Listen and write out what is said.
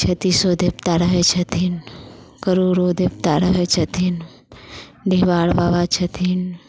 छत्तीसो देवता रहै छथिन करोडो देवता रहै छथिन डीहबार बाबा छथिन